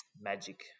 magic